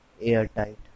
airtight